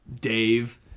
Dave